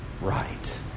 right